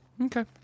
Okay